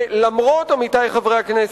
עמיתי חברי הכנסת,